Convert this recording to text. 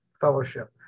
fellowship